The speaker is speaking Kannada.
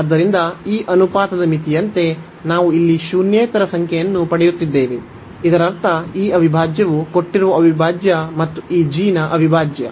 ಆದ್ದರಿಂದ ಈ ಅನುಪಾತದ ಮಿತಿಯಂತೆ ನಾವು ಇಲ್ಲಿ ಶೂನ್ಯೇತರ ಸಂಖ್ಯೆಯನ್ನು ಪಡೆಯುತ್ತಿದ್ದೇವೆ ಇದರರ್ಥ ಈ ಅವಿಭಾಜ್ಯವು ಕೊಟ್ಟಿರುವ ಅವಿಭಾಜ್ಯ ಮತ್ತು ಈ g ನ ಅವಿಭಾಜ್ಯ